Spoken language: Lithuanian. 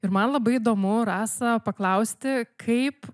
ir man labai įdomu rasa paklausti kaip